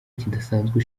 kidasanzwe